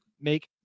make